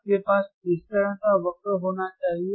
आपके पास किस तरह का वक्र होना चाहिए